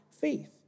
faith